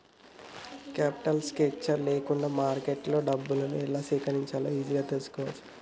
capital structure లేకుంటే మార్కెట్లో డబ్బులు ఎలా సేకరించాలో ఈజీగా తెల్సుకోవచ్చు